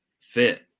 fit